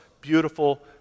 beautiful